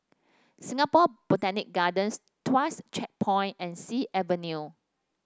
Singapore Botanic Gardens Tuas Checkpoint and Sea Avenue